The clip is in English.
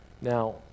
Now